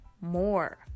more